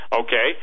Okay